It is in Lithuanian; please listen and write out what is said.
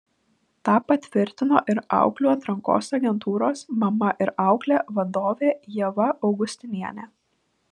tą patvirtino ir auklių atrankos agentūros mama ir auklė vadovė ieva augustinienė